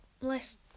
less